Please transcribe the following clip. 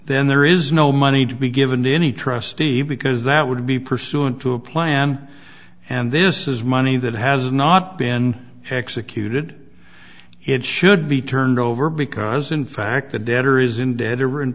then there is no money to be given in any trustee because that would be pursuant to a plan and this is money that has not been executed it should be turned over because in fact the debtor is in dead or in